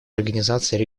организацией